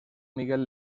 miguel